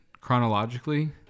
chronologically